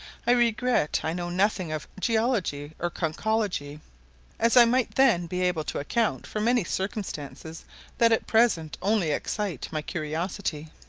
i regret i know nothing of geology or conchology as i might then be able to account for many circumstances that at present only excite my curiosity.